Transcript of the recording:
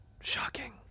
Shocking